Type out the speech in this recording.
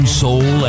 soul